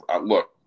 look